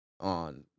on